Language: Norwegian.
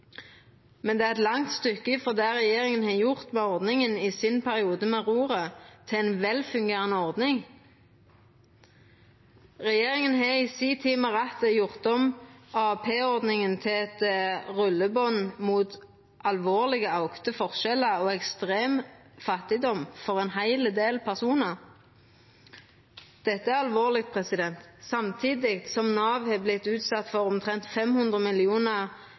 men det er eit langt stykke frå det regjeringa har gjort med ordninga i sin periode ved roret, til ei velfungerande ordning. Regjeringa har i si tid ved rattet gjort om AAP-ordninga til eit rulleband mot alvorlege, auka forskjellar og ekstrem fattigdom for ein heil del personar. Dette er alvorleg. Samtidig som Nav har vorte utsett for omtrent 500